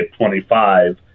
25